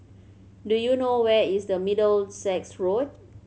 do you know where is the Middlesex Road